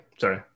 Sorry